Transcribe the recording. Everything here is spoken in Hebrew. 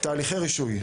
תהליכי רישוי.